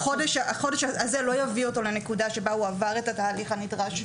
החודש הזה לא יביא אותו לנקודה בה הוא עבר את התהליך הנדרש.